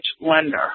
Lender